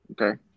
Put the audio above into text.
Okay